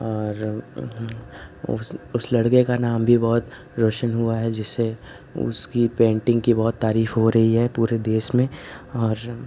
और उस लड़के का नाम भी बहुत रौशन हुआ है जिससे उसकी पेंटिंग कि बहुत तारीफ हो रही है पूरे देश में और